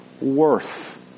worth